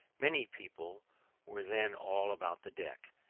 many people were then all about the deck,